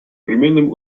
непременным